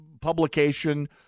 publication